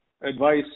advice